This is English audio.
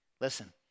Listen